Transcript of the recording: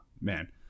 man